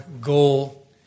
goal